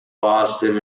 boston